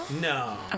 No